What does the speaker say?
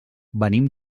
venim